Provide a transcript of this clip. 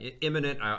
imminent